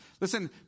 Listen